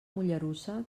mollerussa